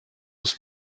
ist